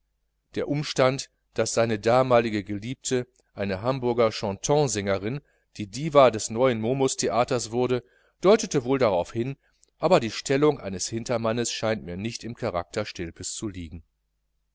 der umstand daß seine damalige geliebte eine hamburger chantantsängerin die diva des neuen momustheaters wurde deutete wohl darauf hin aber die stellung eines hintermannes scheint mir nicht im charakter stilpes zu liegen